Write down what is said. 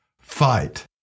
Fight